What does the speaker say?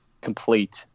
complete